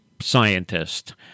scientist